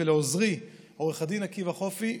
ולעוזרי עו"ד עקיבא חופי,